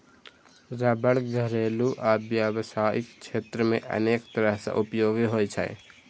रबड़ घरेलू आ व्यावसायिक क्षेत्र मे अनेक तरह सं उपयोगी होइ छै